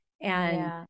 and-